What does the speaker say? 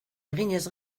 eginez